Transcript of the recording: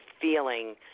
feeling